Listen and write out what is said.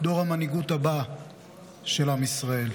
דור המנהיגות הבא של עם ישראל.